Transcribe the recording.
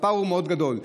והפער הוא מאוד גדול.